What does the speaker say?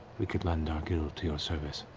we could lend our guild to your service.